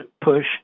push